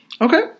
Okay